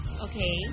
Okay